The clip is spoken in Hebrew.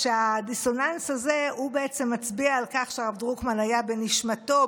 שהדיסוננס הזה בעצם מצביע על כך שהרב דרוקמן היה בנשמתו,